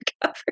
cover